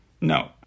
No